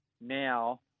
now